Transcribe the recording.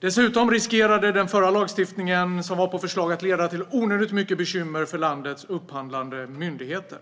Dessutom riskerade den förra lagstiftningen som var på förslag att leda till onödigt mycket bekymmer för landets upphandlande myndigheter.